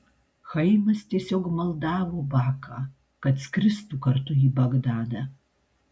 chaimas tiesiog maldavo baką kad skristų kartu į bagdadą